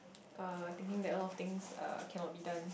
um thinking that a lot of things uh cannot be done